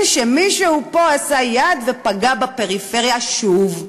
שמישהו פה עשה יד ופגע בפריפריה שוב.